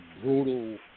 brutal